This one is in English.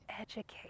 Educate